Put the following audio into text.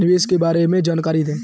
निवेश के बारे में जानकारी दें?